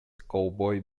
cowboy